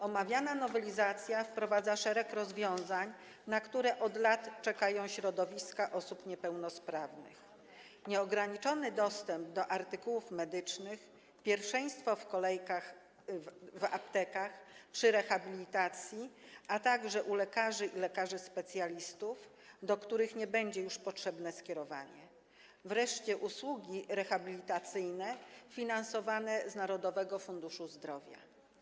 Omawiana nowelizacja wprowadza szereg rozwiązań, na które od lat czekają środowiska osób niepełnosprawnych: nieograniczony dostęp do artykułów medycznych, pierwszeństwo w kolejkach w aptekach, przy rehabilitacji, a także u lekarzy i lekarzy specjalistów, do których nie będzie już potrzebne skierowanie, wreszcie usługi rehabilitacyjne finansowane z Narodowego Funduszu Zdrowia.